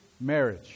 marriage